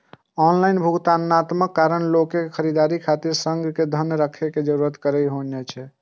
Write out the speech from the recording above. online भुगतानक कारण लोक कें खरीदारी खातिर संग मे धन राखै के जरूरत नै होइ छै